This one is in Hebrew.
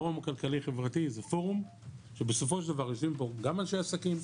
הפורום הכלכלי-חברתי זה פורום שבסופו של דבר יושבים בו גם אנשי עסקים,